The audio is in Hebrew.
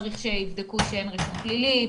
צריך שיבדקו שאין רישום פלילי,